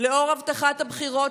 לאור הבטחת הבחירות,